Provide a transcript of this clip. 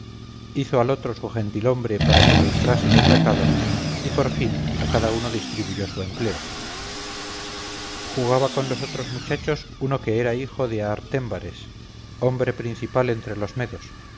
hizo al otro su gentilhombre para que le entrase los recados y por fin a cada uno distribuyó su empleo jugaba con los otros muchachos uno que era hijo de artémbares hombre principal entre los medos